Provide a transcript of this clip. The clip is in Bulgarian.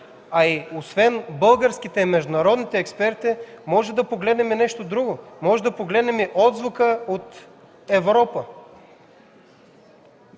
Освен българските и международните експерти, можем да погледнем и нещо друго. Можем да погледнем отзвука в Европа